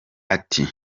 ati